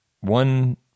one